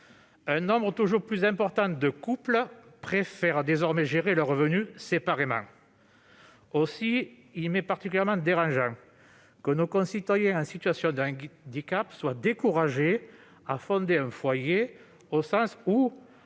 un nombre toujours plus important de couples préfèrent désormais gérer leurs revenus séparément. Aussi, je trouve particulièrement dérangeant que nos concitoyens en situation de handicap soient découragés de fonder un foyer : afin de